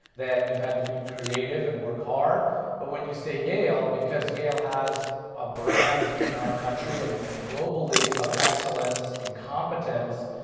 that you've had to be creative and work hard but when you say yale, because yale has a brand in our country and and globally of excellence and competence,